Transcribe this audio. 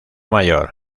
mayor